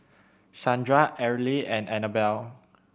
Shandra Arly and Anabel